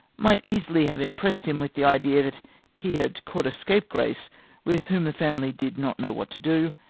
might easily have impressed him with the idea that he had caught a scapegrace with whom the family did not know what to do,